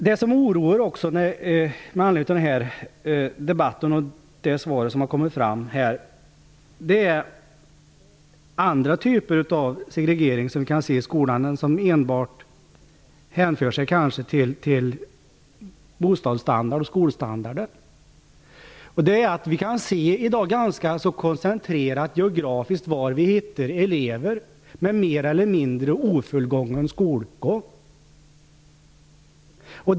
Det som oroar i debatten och i de svar som här har kommit fram är att man kan se andra typer av segregering i skolan, men som kanske enbart hänför sig till bostadsstandard och skolstandard. Vi kan i dag se var vi ganska så koncentrerat finner elever med mer eller mindre ofullgången skolgång.